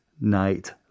Night